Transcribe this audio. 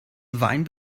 wein